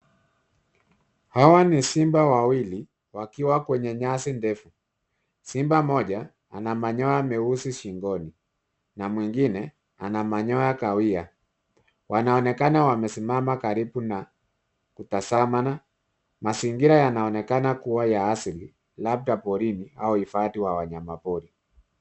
Hawa ni simba wawili wakiwa kwenye nyasi ndefu. Simba mmoja ana manyoa meusi shingoni na mwingine ana manyoya kahawia. Wanaonekana wamesimama karibu na kutazamana. Mazingira yanaonekana kuwa ya asili labda porini au hifadhi wa wanyama pori.